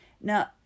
Now